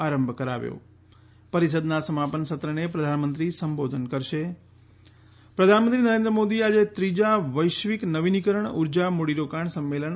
આરંભ કરાવ્યો પરિષદના સમાપન સત્રને પ્રધાનમંત્રી સંબોધન કરશે પ્રધાનમંત્રી નરેન્દ્ર મોદી આજે ત્રીજા વૈશ્વિક નવીનીકરણ ઊર્જા મૂડીરોકાણ સંમેલન